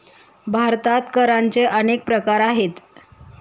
भारतात करांचे अनेक प्रकार आहेत